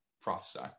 prophesy